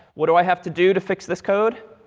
what do i have to do to fix this code?